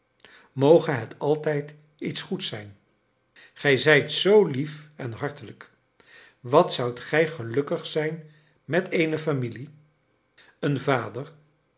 moge het altijd iets goeds zijn gij zijt zoo lief en hartelijk wat zoudt gij gelukkig zijn met eene familie een vader